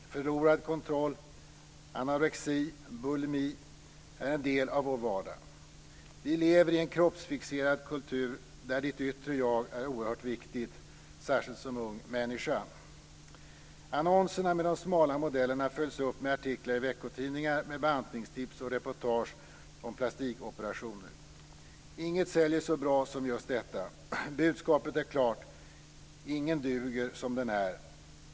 Förlorad kontroll, anorexi, bulimi är en del av vår vardag. Vi lever i en kroppsfixerad kultur, där ditt yttre jag är oerhört viktigt, särskilt som ung människa. Annonserna med de smala modellerna följs upp med artiklar i veckotidningar, med bantningstips och reportage om plastikoperationer. Inget säljer så bra som just detta. Budskapet är klart: Ingen duger som den är.